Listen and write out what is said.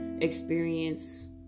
experience